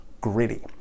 gritty